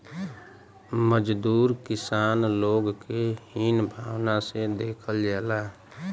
मजदूर किसान लोग के हीन भावना से देखल जाला